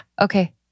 okay